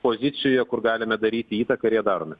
pozicija kur galime daryti įtaką ir ją darome